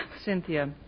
Cynthia